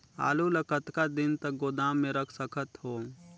आलू ल कतका दिन तक गोदाम मे रख सकथ हों?